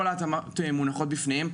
כל ההתאמות מונחות בפניהם,